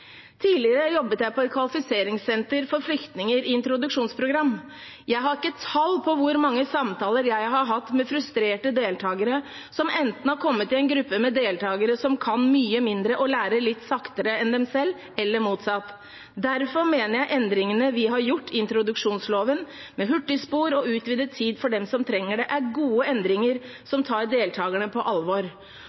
Tidligere jobbet jeg på et kvalifiseringssenter for flyktninger i introduksjonsprogram. Jeg har ikke tall på hvor mange samtaler jeg har hatt med frustrerte deltakere som enten har kommet i en gruppe med deltakere som kan mye mindre og lærer litt saktere enn dem selv, eller motsatt. Derfor mener jeg at endringene vi har gjort i introduksjonsloven med hurtigspor og utvidet tid for dem som trenger det, er gode endringer som tar deltakerne på alvor.